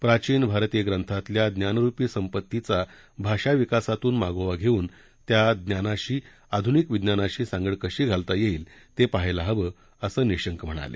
प्राचीन भारतीय ग्रंथातल्या ज्ञानरुपी संपत्तीचा भाषा विकासातून मागोवा घेऊन त्या ज्ञानाशी आधुनिक विज्ञानाशी सांगड कशी घालता येईल ते पहायला हवं असं निशंक म्हणाले